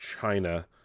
China